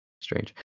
Strange